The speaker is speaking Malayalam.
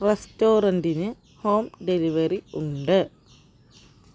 റെസ്റ്റോറൻറ്റിന് ഹോം ഡെലിവറി ഉണ്ട്